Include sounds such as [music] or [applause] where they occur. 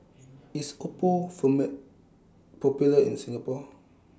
IS Oppo [unintelligible] Popular in Singapore